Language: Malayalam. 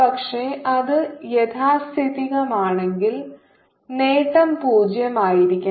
പക്ഷേ അത് യാഥാസ്ഥിതികമാണെങ്കിൽ നേട്ടം 0 ആയിരിക്കണം